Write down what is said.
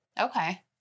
Okay